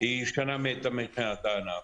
היא שנה מתה מבחינת הענף,